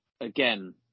again